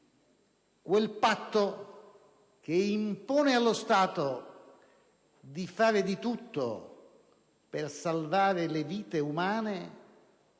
quel patto che impone allo Stato di fare di tutto per salvare le vite umane